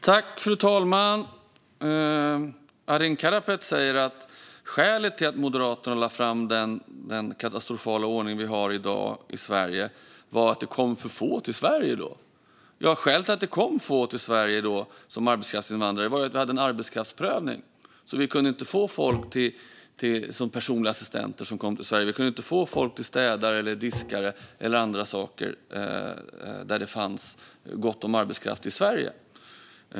Fru talman! Arin Karapet säger att skälet till att Moderaterna lade fram den katastrofala ordning vi har i dag i Sverige var att det kom för få till Sverige. Men skälet till att det kom få arbetskraftsinvandrare till Sverige var ju att vi hade en arbetskraftsprövning. Därför kunde vi inte få folk som personliga assistenter, städare eller diskare till Sverige, eftersom det fanns gott om arbetskraft i Sverige.